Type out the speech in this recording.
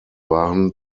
waren